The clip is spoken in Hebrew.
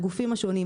הגופים השונים,